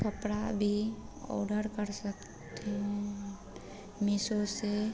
कपड़ा भी ऑर्डर कर सकते हैं मीसो से